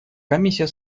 комиссия